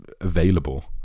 available